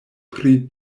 pri